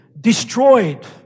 destroyed